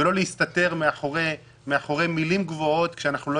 לא להסתתר מאחורי מילים גבוהות שאנחנו לא